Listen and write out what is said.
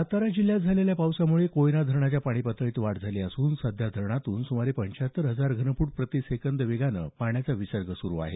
सातारा जिल्ह्यात झालेल्या पावसाम्ळे कोयना धरणाच्या पाणी पातळीत वाढ झाली असून सध्या धरणातून सुमारे पंचाहत्तर हजार घनफूट प्रतिसेकंद वेगानं पाण्याचा विसर्ग सुरू आहे